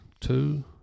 two